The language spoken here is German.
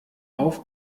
auf